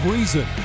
Reason